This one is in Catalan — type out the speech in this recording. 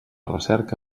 recerca